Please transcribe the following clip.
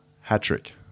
hat-trick